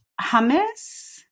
Hummus